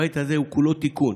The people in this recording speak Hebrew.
הבית הזה, כולו תיקון,